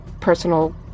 personal